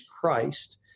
Christ